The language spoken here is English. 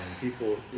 people